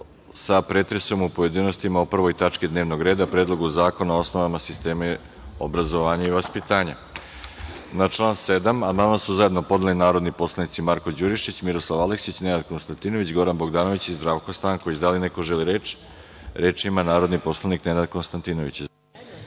sa pretresom u pojedinostima o prvoj tački dnevnog reda Predlogu zakona o osnovama sistema obrazovanja i vaspitanja. Na član 7. amandman su zajedno podneli narodni poslanici Marko Đurišić, Miroslav Aleksi, Nenad Konstantinović, Goran Bogdanović i Zdravko Stanković. Da li neko želi reč? Reč ima narodni poslanik Nenad Konstantinović.